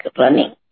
running